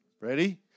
ready